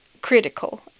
critical